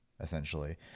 essentially